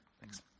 Thanks